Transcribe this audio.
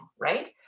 right